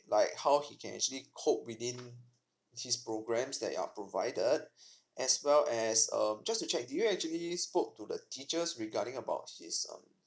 like how he can actually cope within this programs that we are provided as well as um just to check do you actually spoke to the teachers regarding about his um